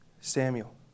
Samuel